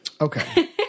Okay